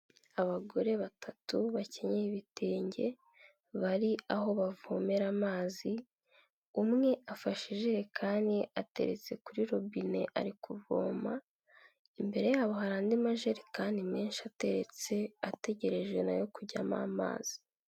Abagore batatu bakinye ibitenge bari aho bavomera amazi, umwe afashe ijerekani ateretse kuri robine ari kuvoma, imbere yabo hari andi majerekani menshi ateretse ategerejwe nayo kujyamo amazi.